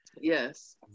Yes